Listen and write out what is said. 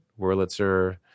Wurlitzer